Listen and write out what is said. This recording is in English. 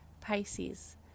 Pisces